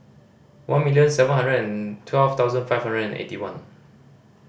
one million seven hundred and twelve thousand five hundred and eighty one